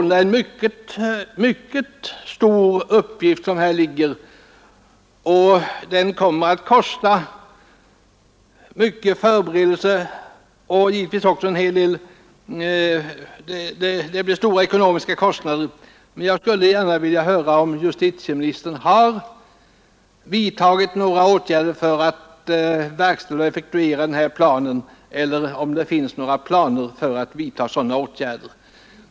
Det är sålunda en mycket stor uppgift som här föreligger, och den kommer givetvis att dra stora kostnader. Jag skulle vilja höra om justitieministern har vidtagit några åtgärder för att effektuera det här programmet eller om det finns några planer för att vidta sådana åtgärder.